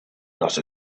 not